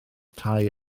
tai